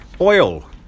Oil